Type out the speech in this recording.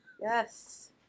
Yes